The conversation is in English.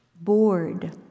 bored